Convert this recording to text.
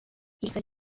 fallait